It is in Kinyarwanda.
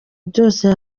byose